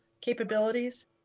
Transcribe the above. capabilities